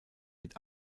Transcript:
mit